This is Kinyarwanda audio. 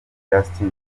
justin